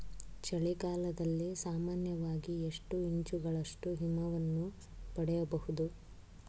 ಚಳಿಗಾಲದಲ್ಲಿ ಸಾಮಾನ್ಯವಾಗಿ ಎಷ್ಟು ಇಂಚುಗಳಷ್ಟು ಹಿಮವನ್ನು ಪಡೆಯಬಹುದು?